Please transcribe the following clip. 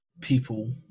people